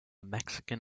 mexican